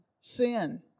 sin